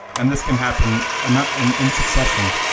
and this can happen and and in succession.